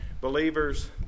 believers